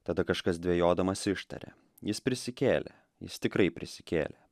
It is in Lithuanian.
tada kažkas dvejodamas ištaria jis prisikėlė jis tikrai prisikėlė